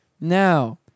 Now